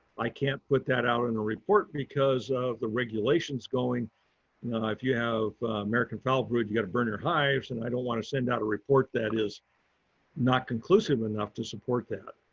i can't put that out in a report because of the regulations going. and if you have american foulbrood you got to burn your hives and i don't want to send out a report that is not conclusive enough to support that.